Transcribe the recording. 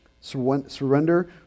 Surrender